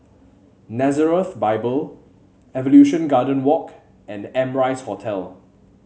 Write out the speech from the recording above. Nazareth Bible Evolution Garden Walk and Amrise Hotel